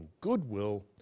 goodwill